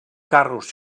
carros